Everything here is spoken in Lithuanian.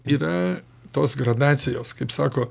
yra tos gradacijos kaip sako